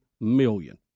million